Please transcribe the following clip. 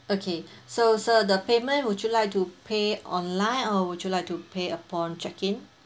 okay so so the payment would you like to pay online or would you like to pay upon check in